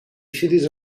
ciris